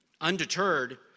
Undeterred